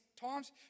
times